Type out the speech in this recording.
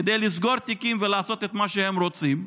כדי לסגור תיקים ולעשות את מה שהם רוצים.